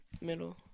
middle